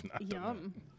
Yum